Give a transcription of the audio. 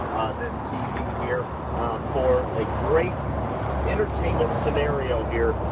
this tv here for a great entertainment scenario here.